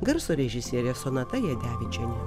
garso režisierė sonata jadevičienė